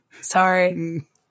Sorry